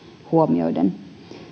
huomioiden